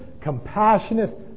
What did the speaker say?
compassionate